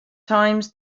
times